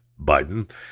Biden